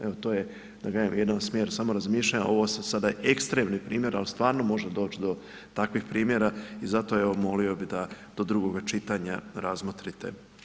Evo to je da kažem jedan smjer samo razmišljanja, ovo su sada ekstremni primjeri ali stvarno može doći do takvih primjera i zato evo molio bih da do drugoga čitanja razmotrite.